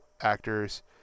actors